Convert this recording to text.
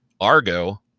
Argo